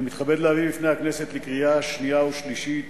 אני מתכבד להביא בפני הכנסת לקריאה שנייה ושלישית